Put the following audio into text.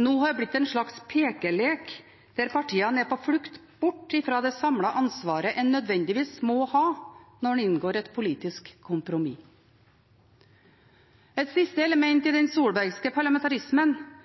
nå har blitt en slags pekelek der partiene er på flukt bort fra det samlede ansvaret en nødvendigvis må ha når en inngår et politisk kompromiss. Et siste element i den solbergske parlamentarismen